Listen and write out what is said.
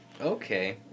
Okay